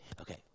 okay